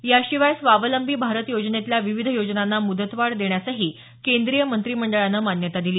याशिवाय स्वावलंबी भारत योजनेतल्या विविध योजनांना मुदतवाढ देण्यासही केंद्रीय मंत्रिमंडळानं मान्यता दिली